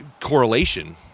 correlation